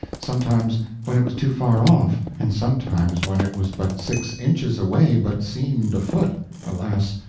sometimes when it was too far off, and sometimes when it was but six inches away but seemed a foot alas,